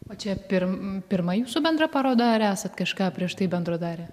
o čia pirm pirma jūsų bendra paroda ar esat kažką prieš tai bendro darę